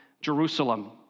Jerusalem